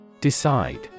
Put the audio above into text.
Decide